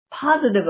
Positive